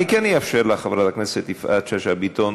אני כן אאפשר לחברת הכנסת יפעת שאשא ביטון,